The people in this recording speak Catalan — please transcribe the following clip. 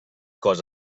cos